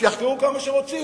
שיחקרו כמה שהם רוצים.